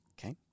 Okay